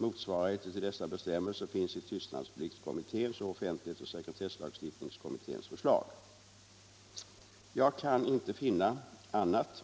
Motsvarigheter till dessa bestämmelser finns i tystnadspliktskommitténs och offentlighetsoch sekretesslagstiftningskommitténs förslag. Jag kan inte finna annat